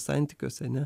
santykiuose ne